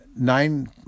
nine